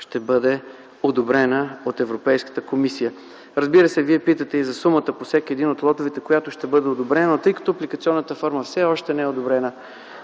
ще бъде одобрена от Европейската комисия. Вие питате и за сумата по всеки един от лотовете, която ще бъде одобрена, но тъй като апликационната форма все още не е одобрена,